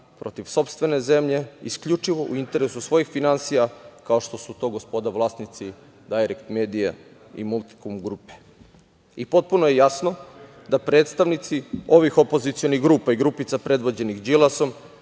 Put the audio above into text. protiv sopstvene zemlje isključivo u interesu svojih finansija, kao što su to gospoda vlasnici Dajrekt Medije i Multikom grupe? Potpuno je jasno da predstavnici ovih opozicionih grupa i grupica predvođenih Đilasom,